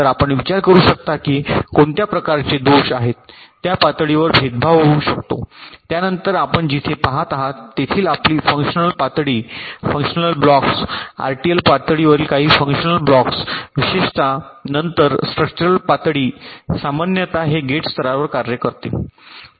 तर आपण विचार करू शकता की कोणत्या प्रकारचे दोष आहेत त्या पातळीवर भेदभाव होऊ शकतो त्यानंतर आपण जिथे पहात आहात तेथील आपली फंक्शनल पातळी फंक्शनल ब्लॉक्स आरटीएल पातळीवरील काही फंक्शनल ब्लॉक्स विशेषत नंतर स्ट्रक्चरल पातळी सामान्यत हे गेट स्तरावर कार्य करते